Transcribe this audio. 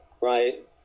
right